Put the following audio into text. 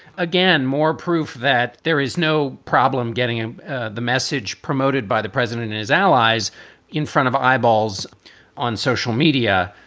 again, more proof that there is no problem getting ah ah the message promoted by the president and his allies in front of eyeballs on social media,